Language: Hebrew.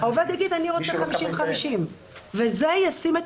העובד יגיד: אני רוצה 50-50. זה ישים את